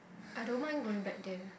I don't mind going back there